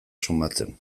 sumatzen